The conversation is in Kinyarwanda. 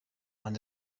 and